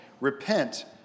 repent